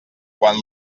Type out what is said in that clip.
quan